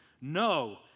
No